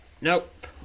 Nope